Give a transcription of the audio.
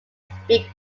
speak